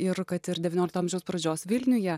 ir kad ir devyniolikto amžiaus pradžios vilniuje